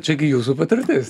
čiagi jūsų patirtis